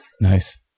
Nice